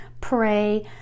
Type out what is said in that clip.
pray